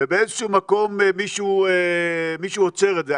ובאיזה שהוא מקום מישהו עוצר את זה.